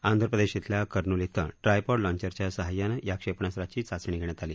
आंध्र प्रदेश इथल्या करनूल इथं ट्रायपॉड लाँचरच्या साहाय्यानं या क्षेपणास्त्राची चाचणी घेण्यात आली